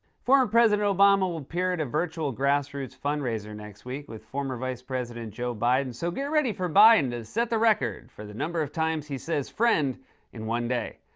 former president obama will appear at a virtual grassroots fundraiser next week with former vice president joe biden. so, get ready for biden to set the record for the number of times he says friend in one day.